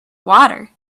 water